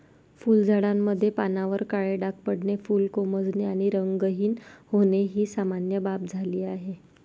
फुलझाडांमध्ये पानांवर काळे डाग पडणे, फुले कोमेजणे आणि रंगहीन होणे ही सामान्य बाब झाली आहे